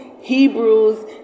Hebrews